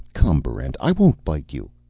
come, barrent, i won't bite you.